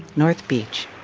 north beach.